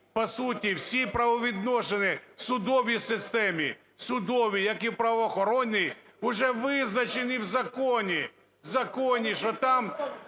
по суті всі правовідносини в судовій системі, в судовій, як і в правоохоронній, вже визначені в законі,